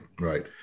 Right